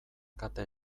kate